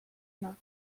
not